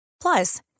Plus